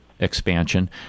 Expansion